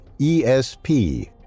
ESP